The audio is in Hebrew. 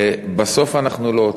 בסוף אנחנו לא עוצרים.